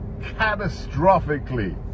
catastrophically